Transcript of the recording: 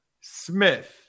smith